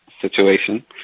situation